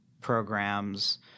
programs